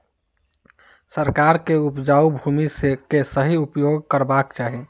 सरकार के उपजाऊ भूमि के सही उपयोग करवाक चाही